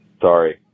Sorry